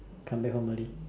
come back home early